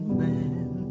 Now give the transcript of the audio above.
man